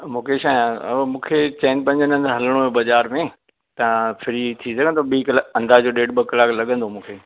मुकेश आहियां ऐं मूंखे चइनि पंज हंधि हलणो हो बाज़ार में तव्हां फ्री थी सघंदव ॿी कला अंदाज़ो ॾेढ ॿ कलाक लॻंदो मूंखे